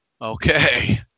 Okay